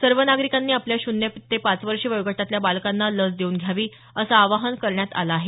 सर्व नागरिकांनी आपल्या शून्य ते पाच वर्ष वयोगटातल्या बालकांना लस देऊन घ्यावी असं आवाहन करण्यात आल आहे